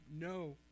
No